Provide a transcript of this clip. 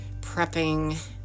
prepping